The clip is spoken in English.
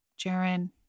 Jaren